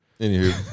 Anywho